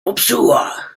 popsuła